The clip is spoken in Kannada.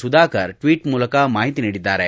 ಸುಧಾಕರ್ ಟ್ವೀಟ್ ಮೂಲಕ ಈ ಮಾಹಿತಿ ನೀಡಿದ್ದಾರೆ